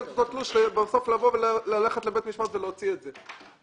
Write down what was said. כבר תלוש בסוף ללכת לבית משפט ולהוציא את זה.